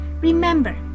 remember